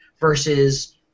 versus –